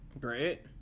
great